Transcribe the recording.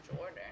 order